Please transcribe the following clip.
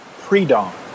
pre-dawn